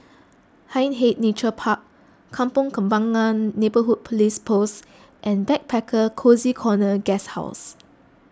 Hindhede Nature Park Kampong Kembangan Neighbourhood Police Post and Backpacker Cozy Corner Guesthouse